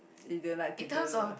you don't like to do